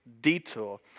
detour